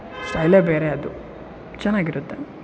ಸ್ಟೈಲೇ ಬೇರೆ ಅದು ಚೆನ್ನಾಗಿರುತ್ತೆ